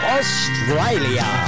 Australia